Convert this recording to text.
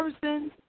person